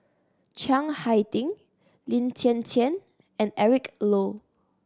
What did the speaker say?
Chiang Hai Ding Lin Hsin Hsin and Eric Low